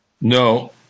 no